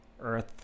Earth